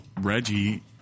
Reggie